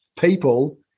people